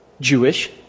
Jewish